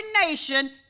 nation